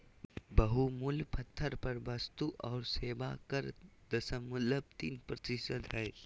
बहुमूल्य पत्थर पर वस्तु और सेवा कर दशमलव तीन प्रतिशत हय